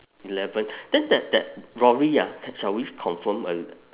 eleven then that that lorry ah shall we confirm